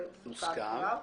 זה סוכם כבר,